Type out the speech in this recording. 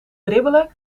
dribbelen